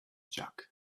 jug